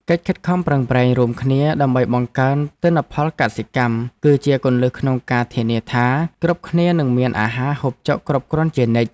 កិច្ចខិតខំប្រឹងប្រែងរួមគ្នាដើម្បីបង្កើនទិន្នផលកសិកម្ម គឺជាគន្លឹះក្នុងការធានាថាគ្រប់គ្នានឹងមានអាហារហូបចុកគ្រប់គ្រាន់ជានិច្ច។